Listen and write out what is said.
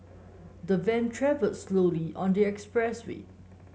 the van travelled slowly on the expressway